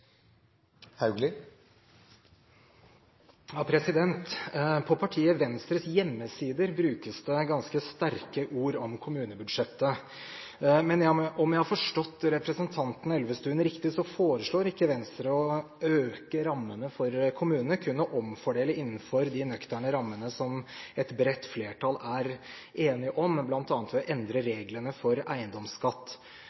På partiet Venstres hjemmesider brukes det ganske sterke ord om kommunebudsjettet. Men om jeg har forstått representanten Elvestuen riktig, foreslår ikke Venstre å øke rammene for kommunene, kun å omfordele innenfor de nøkterne rammene som et bredt flertall er enig om, bl.a. ved å endre